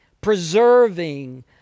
preserving